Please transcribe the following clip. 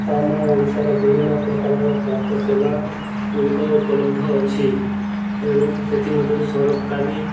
ଆମ ଓଡ଼ିଶାରେ ବିଭିନ୍ନ ପ୍ରକାରର ସ୍ୱାସ୍ଥ୍ୟ ସେବା ଗୁଡ଼ିକ ଉପଲବ୍ଧ ଅଛି ଏବଂ ସେଥିମଧ୍ୟରୁ ସରକାରୀ